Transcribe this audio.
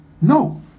No